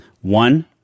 One